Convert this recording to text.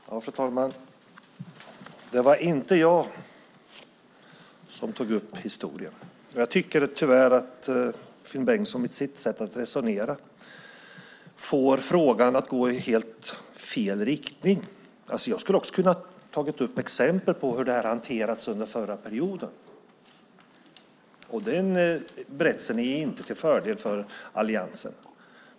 Fru talman! Det var inte jag som tog upp historien. Jag tycker tyvärr att Finn Bengtssons sätt att resonera får frågan att gå i helt fel riktning. Jag skulle också ha kunnat ta upp exempel på hur det här hanterades under förra perioden, och den berättelsen är inte till fördel för Alliansen.